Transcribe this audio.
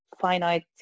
finite